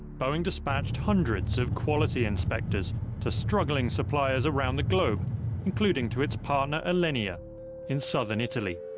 boeing dispatched hundreds of quality inspectors to struggling suppliers around the globe including to its partner alenia in southern italy.